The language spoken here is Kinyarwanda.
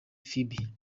phibi